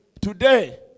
Today